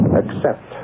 accept